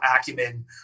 acumen